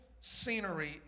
scenery